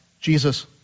Jesus